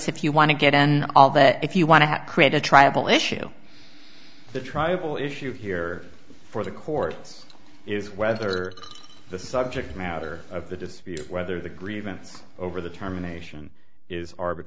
if you want to get in all that if you want to create a tribal issue the tribal issue here for the courts is whether the subject matter of the dispute whether the grievance over the terminations is